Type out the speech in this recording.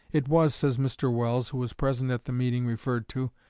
it was, says mr. welles, who was present at the meeting referred to,